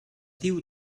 diu